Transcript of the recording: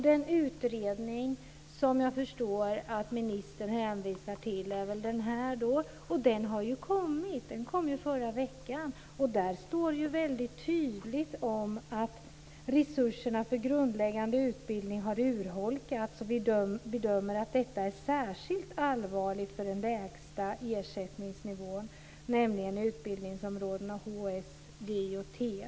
Den utredning som jag förstår att ministern hänvisar till kom förra veckan, och där står det tydligt: "Resurserna för grundläggande utbildning har urholkats. Vi bedömer att detta är särskilt allvarligt för den lägsta ersättningsnivån; nämligen utbildningsområdena HSJT."